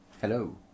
Hello